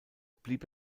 blieb